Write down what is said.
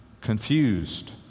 confused